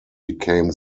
became